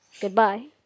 Goodbye